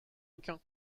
aucun